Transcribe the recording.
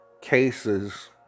cases